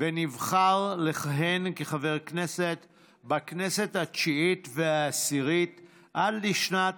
ונבחר לכהן כחבר כנסת בכנסת התשיעית והעשירית עד לשנת